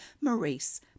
Maurice